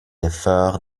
efforts